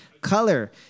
color